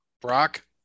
Brock